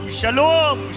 shalom